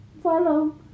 follow